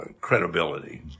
credibility